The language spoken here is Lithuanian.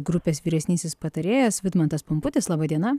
grupės vyresnysis patarėjas vidmantas pumputis laba diena